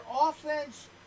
offense